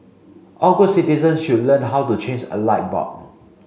all good citizens should learn how to change a light bulb